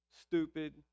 stupid